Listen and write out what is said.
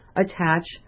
attach